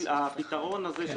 הפתרון הזה,